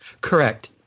Correct